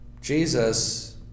Jesus